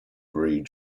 breed